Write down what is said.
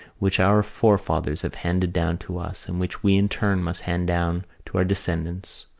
which our forefathers have handed down to us and which we in turn must hand down to our descendants,